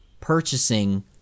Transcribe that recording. purchasing